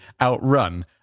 outrun